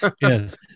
Yes